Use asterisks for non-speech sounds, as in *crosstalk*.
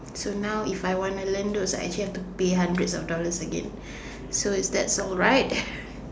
so now if I wanna learn those I actually have to pay hundreds of dollars again so that's alright *laughs*